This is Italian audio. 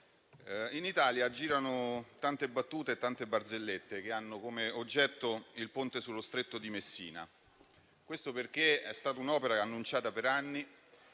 in Italia girano tante battute e tante barzellette aventi ad oggetto il Ponte sullo Stretto di Messina. Questo perché è stata un'opera annunciata per anni,